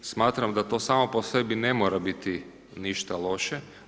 Smatram da to samo po sebi ne mora biti ništa loše.